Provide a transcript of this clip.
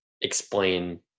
explain